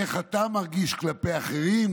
איך אתה מרגיש כלפי אחרים,